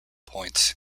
points